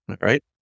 right